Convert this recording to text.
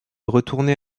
retourner